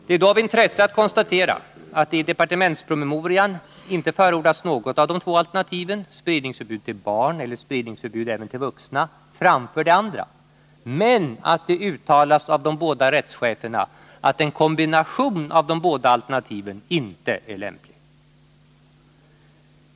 Det är då av intresse att konstatera att det i departementspromemorian inte förordas något av de två alternativen; förbud mot spridning till barn eller förbud mot spridning även till vuxna; framför det andra, men att det uttalas av de båda rättscheferna att en kombination av de båda alternativen inte är lämplig.